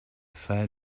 faded